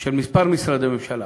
של כמה משרדי ממשלה